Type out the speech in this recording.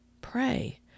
Pray